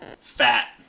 Fat